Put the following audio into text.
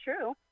true